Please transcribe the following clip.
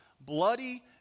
bloody